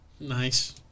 Nice